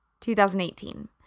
2018